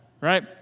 right